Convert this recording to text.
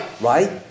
right